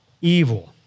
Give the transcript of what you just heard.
evil